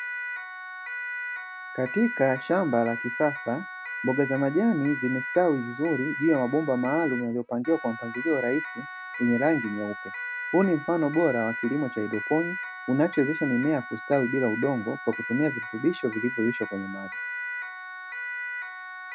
Katika shamba la kisasa, mboga za majani zimestawi vizuri juu ya mabomba maalumu yaliyopangiwa kwa mpangilio raisi yenye rangi nyeupe, huu ni mfano bora wa kilimo cha haidroponi unachowezesha mimea kustawi bila udongo kwa kutumia virutubisho vilivyoyeyushwa kwenye maji.